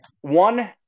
One